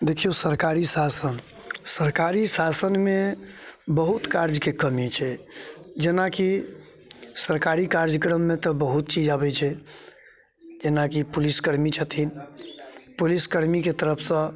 देखिऔ सरकारी शासन सरकारी शासनमे बहुत कार्यके कमी छै जेनाकि सरकारी कार्यक्रममे तऽ बहुत चीज आबै छै जेनाकि पुलिसकर्मी छथिन पुलिसकर्मीके तरफसँ